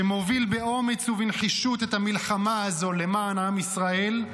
שמוביל באומץ ובנחישות את המלחמה הזו למען עם ישראל,